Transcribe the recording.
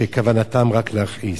שכוונתם רק להכעיס.